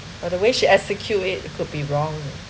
or the way she execute it could be wrong